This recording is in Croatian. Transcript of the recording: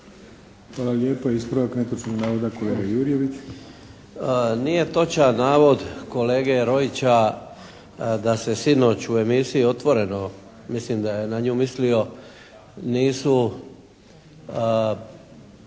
Hvala lijepa. Ispravak netočnog navoda kolega Jurjević.